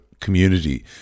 community